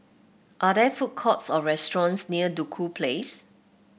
are there food courts or restaurants near Duku Place